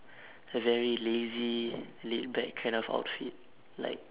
a very lazy laid-back kind of outfit like